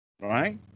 Right